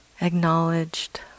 acknowledged